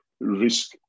risk